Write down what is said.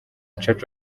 church